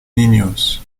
niños